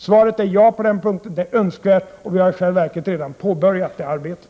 Svaret är ja, det är önskvärt med sådana kontakter. Vi har i själva verket redan påbörjat det arbetet.